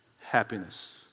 happiness